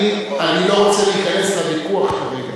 אני לא רוצה להיכנס לוויכוח כרגע.